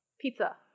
pizza